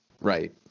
Right